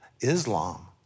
Islam